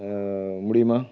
முடியுமா